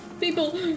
people